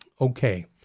Okay